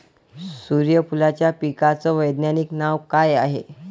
सुर्यफूलाच्या पिकाचं वैज्ञानिक नाव काय हाये?